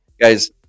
Guys